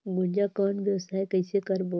गुनजा कौन व्यवसाय कइसे करबो?